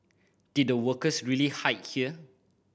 did the workers really hide here